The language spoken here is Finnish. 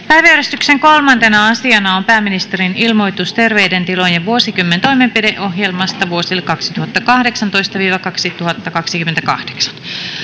päiväjärjestyksen kolmantena asiana on pääministerin ilmoitus terveiden tilojen vuosikymmen toimenpideohjelmasta vuosille kaksituhattakahdeksantoista viiva kaksituhattakaksikymmentäkahdeksan